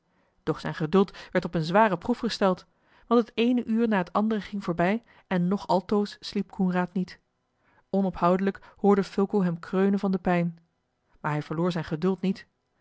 doch zijn geduld werd op eene zware proef gesteld want het eene uur na het andere ging voorbij en nog altoos sliep coenraad niet onophoudelijk hoorde fulco hem kreunen van de pijn maar hij verloor zijn geduld niet